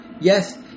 Yes